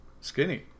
Skinny